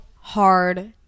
hard